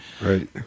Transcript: right